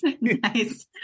nice